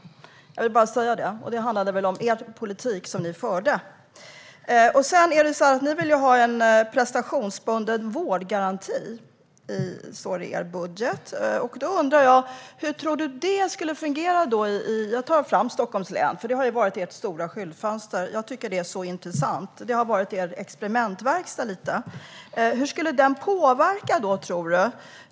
Jag vill bara säga det. Det handlade väl om den politik som ni förde. Det står i er budget att ni vill ha en prestationsbunden vårdgaranti. Då undrar jag: Hur tror du att det skulle fungera i Stockholms län? Jag tar Stockholm som exempel, för det har ju varit ert stora skyltfönster och lite av en experimentverkstad. Jag tycker att det här är intressant. Hur skulle den prestationsbundna vårdgarantin påverka?